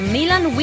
Milan